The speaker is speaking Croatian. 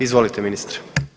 Izvolite ministre.